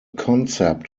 concept